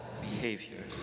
behavior